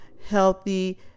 Healthy